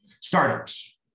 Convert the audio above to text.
startups